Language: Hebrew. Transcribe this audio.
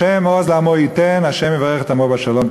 השם עוז לעמו ייתן, השם יברך את עמו בשלום.